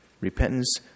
repentance